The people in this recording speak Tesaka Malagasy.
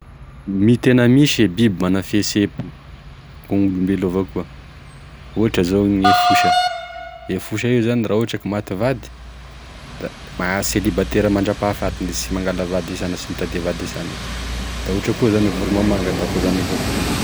Mi- tena misy e biby mana fihesepo ako gn'olombelo evakoa, ohatra zao gne fosa,e fosa io zany raha ohatra ka maty vady da ma- selibatera mandrapahafatiny izy sy mangala vady esana, sy mitadia vady esana, da ohatra koa zany e voro mamanga da akoa izany evao koa.